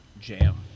jam